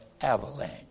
avalanche